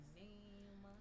name